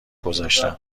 گذاشتم